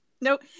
Nope